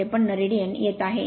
53 radian येत आहे